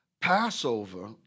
Passover